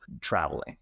traveling